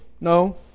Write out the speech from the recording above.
No